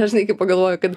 aš žinai kai pagalvoju kad